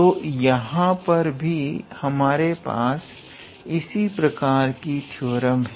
तो यहां पर भी हमारे पास इसी प्रकार की थ्योरम है